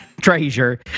Treasure